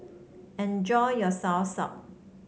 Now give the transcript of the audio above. enjoy your Soursop